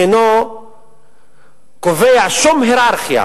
אינו קובע שום הייררכיה